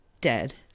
dead